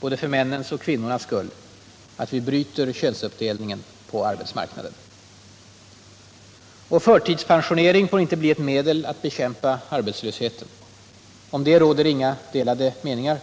både för männens och för kvinnornas skull att vi bryter könsuppdelningen på arbetsmarknaden. Förtidspensionering får inte bli ett medel att bekämpa arbetslösheten. Om detta råder det inga delade meningar.